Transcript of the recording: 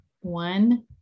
one